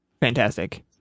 fantastic